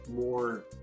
more